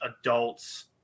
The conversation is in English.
adults